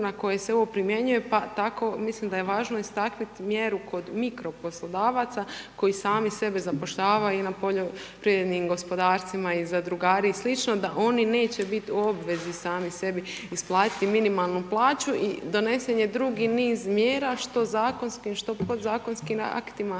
na koje se ovo primjenjuje, pa tako mislim da je važno istaknuti mjeru kod mikro poslodavaca koji sami sebe zapošljavaju i na poljoprivrednim gospodarstvima, zadrugari i sl., da oni neće biti u obvezi sami sebi isplatiti minimalnu plaću i donesen je drugi niz mjera, što zakonskim, što podzakonskim aktima,